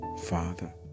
Father